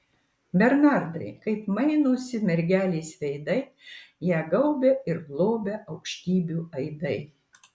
bernardai kaip mainosi mergelės veidai ją gaubia ir globia aukštybių aidai